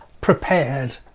prepared